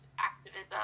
activism